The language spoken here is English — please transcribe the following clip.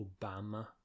Obama